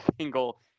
single